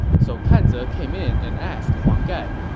so kan ze came in and asked huang gai,